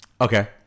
Okay